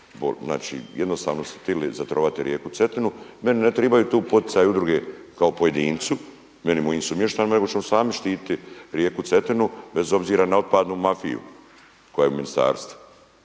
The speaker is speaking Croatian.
Znači jednostavno su htjeli zatrovati rijeku Cetinu. Meni ne tribaju tu poticaji udruge kao pojedincu, meni i mojim sumještanima nego ćemo sami štiti rijeku Cetinu bez obzira na otpadnu mafiju koja je u ministarstvu.